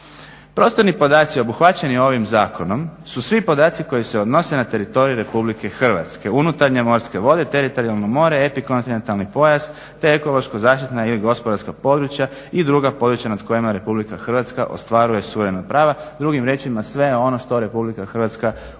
Prostorni podaci obuhvaćeni ovim zakonom su svi podaci koji se odnose na teritorij RH, unutarnje morske vode, teritorijalno mora, epikontinentalni pojas, te ekološka zaštitna ili gospodarska područja i druga područja nad kojima RH ostvaruje suverena prava. Drugim riječ ima sve ono što RH u svakom